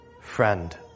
Friend